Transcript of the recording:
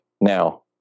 now